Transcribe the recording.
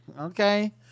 okay